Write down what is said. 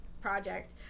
project